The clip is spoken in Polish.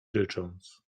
rycząc